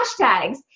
hashtags